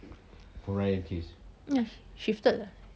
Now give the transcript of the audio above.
ya shifted